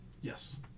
Yes